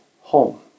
home